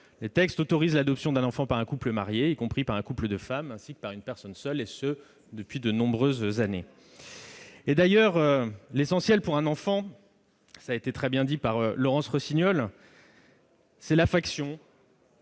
les textes autorisent l'adoption d'un enfant par un couple marié, y compris par un couple de femmes, ainsi que par une personne seule, et ce depuis de nombreuses années. L'essentiel pour un enfant- cela a été très bien dit par Laurence Rossignol -, c'est l'affection,